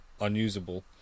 unusable